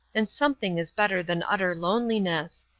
and something is better than utter loneliness.